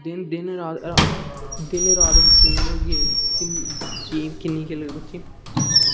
ते दिन रात गेम ते गेम किन्नी खेल्लदे बच्चे